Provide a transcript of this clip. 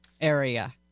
area